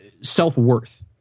self-worth